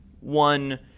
one